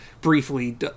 briefly